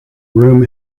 room